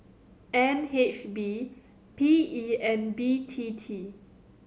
N H B P E and B T T